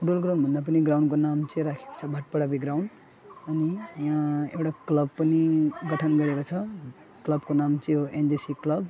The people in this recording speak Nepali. फुटबल ग्राउन्ड भन्दा पनि ग्राउन्डको नाम चाहिँ राखेको छ भाटपाडा यो ग्राउन्ड अनि यहाँ एउटा क्लब पनि गठन गरेको छ क्लबको नाम चाहिँ हो एनजेसी क्लब